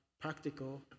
practical